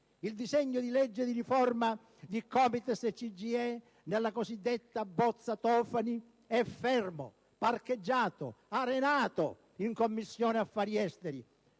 il disegno di legge di riforma di COMITES e CGIE nella cosiddetta bozza Tofani è fermo, parcheggiato, arenato in Commissione affari esteri,